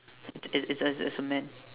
it it's a a there's a man